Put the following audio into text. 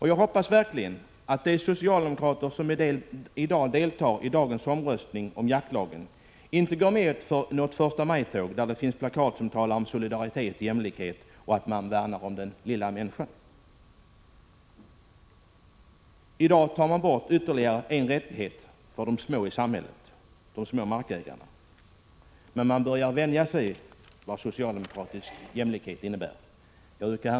Jag hoppas verkligen att de socialdemokrater som deltar i dagens omröstning om jaktlagen inte går med i några förstamajtåg, där det finns plakat som talar om solidaritet, jämlikhet och om att man värnar om den lilla människan. I dag tar man bort ytterligare en rättighet för de små i samhället, de små markägarna. Men man börjar vänja sig vid vad socialdemokratisk jämlikhet innebär.